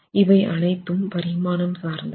இவை அனைத்தும் பரிமாணம் சார்ந்தது